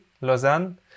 Lausanne